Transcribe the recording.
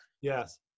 yes